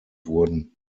wurden